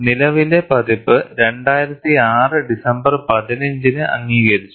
നിലവിലെ പതിപ്പ് 2006 ഡിസംബർ 15 ന് അംഗീകരിച്ചു